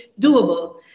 doable